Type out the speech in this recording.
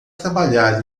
trabalhar